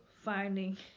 finding